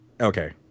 Okay